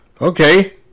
Okay